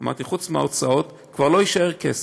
אמרתי: חוץ מההוצאות, כבר לא יישאר כסף.